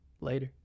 Later